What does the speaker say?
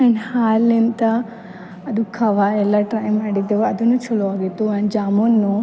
and ಹಾಲಿಂದ ಅದು ಕವಾಯಲ್ಲಾ ಟ್ರೈ ಮಾಡಿದ್ದೇವು ಅದನ್ನು ಚಲೋ ಆಗಿತ್ತು ಆ್ಯಂಡ್ ಜಾಮೂನು